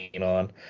on